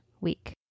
week